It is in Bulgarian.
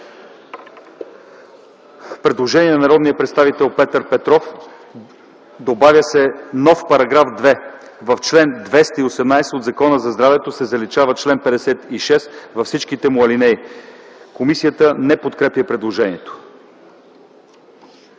предложение от народния представител Петър Петров – добавя се нов § 2: „§ 2. В чл. 218 от Закона за здравето се заличава „чл. 56” във всичките му алинеи”. Комисията не подкрепя предложението.